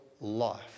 life